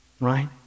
right